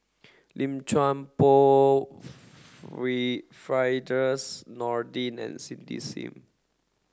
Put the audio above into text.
Lim Chuan Poh Firdaus Nordin and Cindy Sim